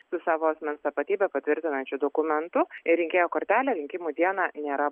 su savo asmens tapatybę patvirtinančiu dokumentu rinkėjo kortelę rinkimų dieną nėra